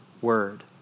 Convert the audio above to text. word